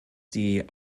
die